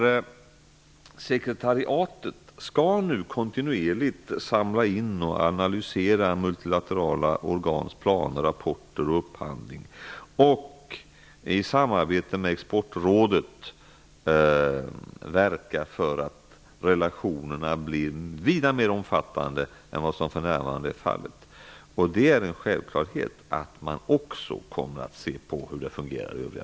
Detta sekretariat skall nu kontinuerligt samla in och analysera multilaterala organs planer, rapporter och upphandlingar. I samarbete med Exportrådet skall man verka för att relationerna blir vida mer omfattande än vad som för närvarande är fallet. Det är en självklarhet att man också kommer att se på hur det fungerar i övriga